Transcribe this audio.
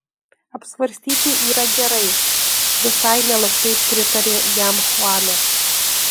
apsvarstyti yra gerai visai nelauktai pritarė jam chuanas